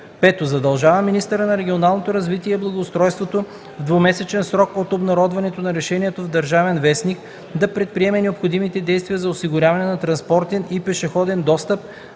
5. Задължава министъра на регионалното развитие и благоустройството в двумесечен срок от обнародването на решението в “Държавен вестник” да предприеме необходимите действия за осигуряване на транспортен и пешеходен достъп